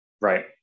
right